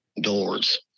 doors